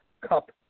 Cup